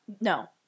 No